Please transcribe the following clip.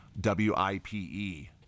W-I-P-E